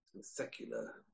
secular